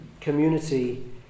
community